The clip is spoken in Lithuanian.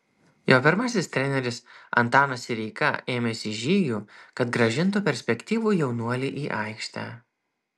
jo pirmasis treneris antanas sireika ėmėsi žygių kad grąžintų perspektyvų jaunuolį į aikštę